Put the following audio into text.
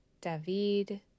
David